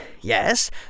yes